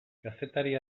kazetari